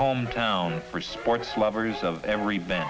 home town for sports lovers of every b